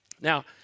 Now